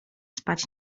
spać